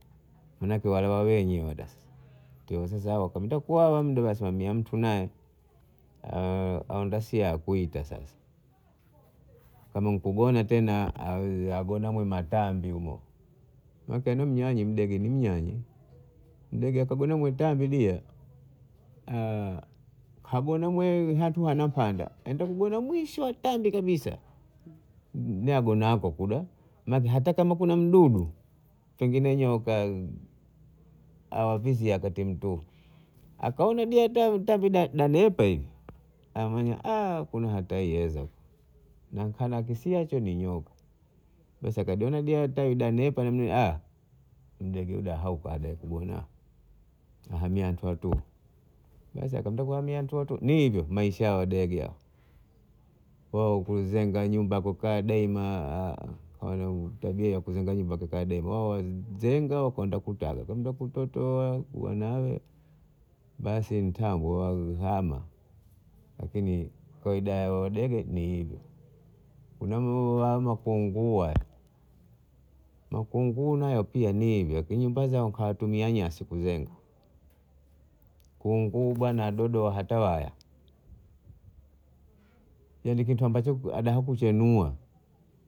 maana ake wale wawenye wada sasa tia sasa waenda kuwawa huda wamia mtu nae aunda sia ya kuita sasa, kama ni kugona tena aaa- gona mwenye matambi humo maana ake amnyani, mdege ni mnyami mdege akagona kwenye matambi dia hagona mwee hatu anapanda atakugona mwisho wa tambi kabisa na hagona hakokuda maze hata kama kuna mdudu pengine nyoka awavizia wakati mtupu akaona ditiaa nepa hivi afanya haa kuna hataiweza anakisia hicho ni nyoka basi akaona dia ta idanepa aaa mdege huda haupa dauka bwana, haamia hatu hatu basi haamia hatu hatu ni hivyo tu Maisha yao wadege hao. Kwao kuzenga nyumba kukaa daima wana tabia ya kuzenga kukaa daima, wao wazenga wakwenda kutaga kwenda kutotoa wanawe, basi mtango wahama lakini kawaida yao wadege ni hivyo, unavyohaona makungua, makunguu nayo pia ni hivyo lakini nyumba zao hawatumii nyasi kuzenga, kunguu bana adodoa hata waya. Yani kitu ambacho hada kuchenua.